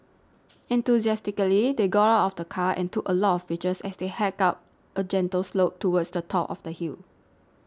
enthusiastically they got out of the car and took a lot of pictures as they hiked up a gentle slope towards the top of the hill